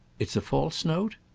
it's a false note?